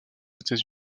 états